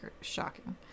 shocking